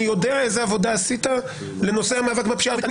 יודע איזה עבודה עשית לנושא המאבק בפשיעה הערבית.